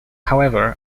however